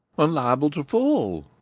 and liable to fall.